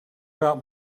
about